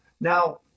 Now